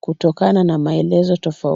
kutokana na maelezo tofauti.